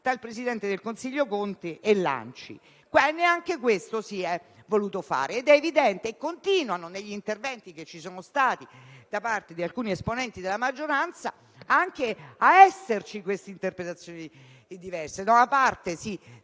dal presidente del consiglio Conte e dall'ANCI. Neanche questo si è voluto fare ed è evidente, dagli interventi che ci sono stati da parte di alcuni esponenti della maggioranza, che continuano ad esserci interpretazioni diverse: